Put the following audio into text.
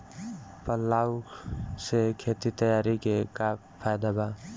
Plough से खेत तैयारी के का फायदा बा?